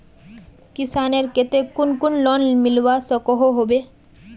किसानेर केते कुन कुन लोन मिलवा सकोहो होबे?